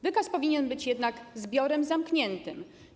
Wykaz powinien być jednak zbiorem zamkniętym.